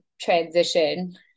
transition